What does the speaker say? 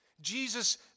Jesus